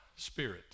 Spirit